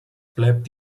bleibt